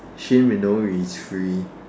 Shin-minori is free